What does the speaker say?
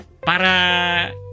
para